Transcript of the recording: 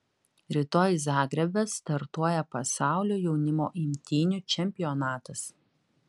rytoj zagrebe startuoja pasaulio jaunimo imtynių čempionatas